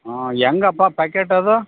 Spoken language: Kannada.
ಹಾಂ ಹೆಂಗಪ್ಪಾ ಪ್ಯಾಕೆಟ್ ಅದು